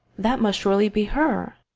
that must surely be her!